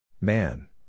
Man